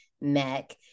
Mac